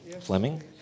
Fleming